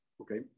okay